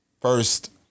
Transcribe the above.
first